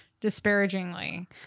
disparagingly